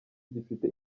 gifite